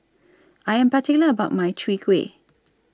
I Am particular about My Chwee Kueh